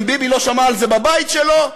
אם ביבי לא שמע על זה בבית שלו,